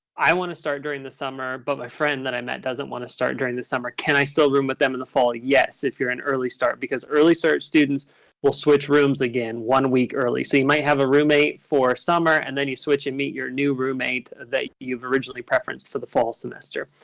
i want to start during the summer. but my friend that i met doesn't want to start during the summer. can i still room with them in the fall? yes, if you're in early start because early start students will switch rooms again one week early. so you might have a roommate for summer and then you switch and meet your new roommate that you've originally preferenced for the fall semester.